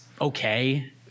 okay